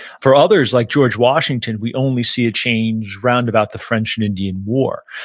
for others, like george washington, we only see a change round about the french and indian war.